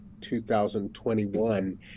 2021